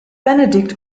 benedikt